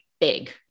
big